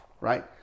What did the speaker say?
right